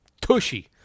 Tushy